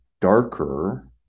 darker